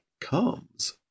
comes